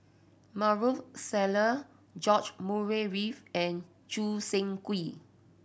Maarof Salleh George Murray Reith and Choo Seng Quee